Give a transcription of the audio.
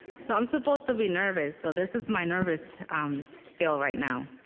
so i'm supposed to be nervous, so this is my nervous spiel right now.